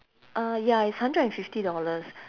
ah ya it's hundred and fifty dollars